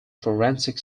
forensic